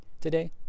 today